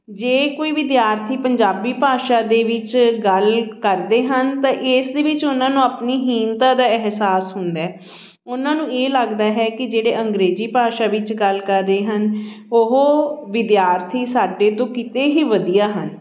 ਜੇ ਕੋਈ ਵਿਦਿਆਰਥੀ ਪੰਜਾਬੀ ਭਾਸ਼ਾ ਦੇ ਵਿੱਚ ਗੱਲ ਕਰਦੇ ਹਨ ਤਾਂ ਇਸ ਦੇ ਵਿੱਚ ਉਹਨਾਂ ਨੂੰ ਆਪਣੀ ਹੀਨਤਾ ਦਾ ਅਹਿਸਾਸ ਹੁੰਦਾ ਉਹਨਾਂ ਨੂੰ ਇਹ ਲੱਗਦਾ ਹੈ ਕਿ ਜਿਹੜੇ ਅੰਗਰੇਜ਼ੀ ਭਾਸ਼ਾ ਵਿੱਚ ਗੱਲ ਕਰ ਰਹੇ ਹਨ ਉਹ ਵਿਦਿਆਰਥੀ ਸਾਡੇ ਤੋਂ ਕਿਤੇ ਹੀ ਵਧੀਆ ਹਨ